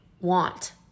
want